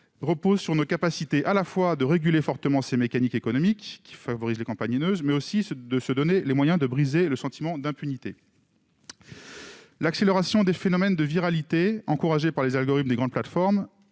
est d'être capables à la fois de réguler fortement ces mécaniques économiques favorisant les campagnes haineuses et de nous donner les moyens de briser le sentiment d'impunité. L'accélération des phénomènes de viralité, encouragés par les algorithmes des grandes plateformes,